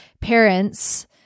parents